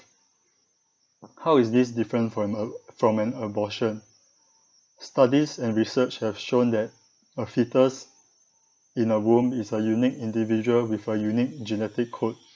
how is this different from a from an abortion studies and research have shown that a foetus in a womb is a unique individual with a unique genetic code